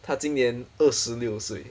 她今年二十六岁